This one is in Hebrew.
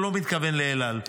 הוא לא מתכוון לאל על,